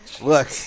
Look